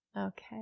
Okay